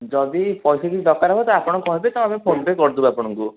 ଯଦି ପଇସା କିଛି ଦକାର ହବ ତ ଆପଣ କହିବେ ଆମେ ଫୋନ୍ପେ' କରିଦେବୁ ଆପଣଙ୍କୁ